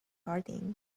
farting